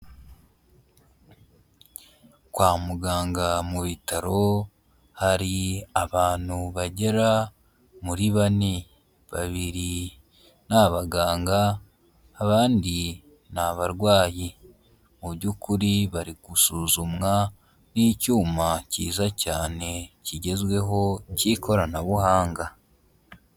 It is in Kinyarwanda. Kwa muganga mu bitaro, hari abantu bagera muri bane, babiri ni abaganga, abandi ni abarwayi, mu by'ukuri bari gusuzumwa n'icyuma cyiza cyane kigezweho cy'ikoranabuhanga.